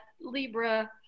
Libra